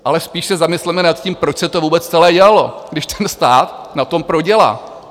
Ale spíš se zamysleme nad tím, proč se to vůbec celé dělalo, když stát na tom prodělá?